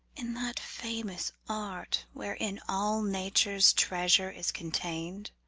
in that famous art wherein all nature's treasure is contain'd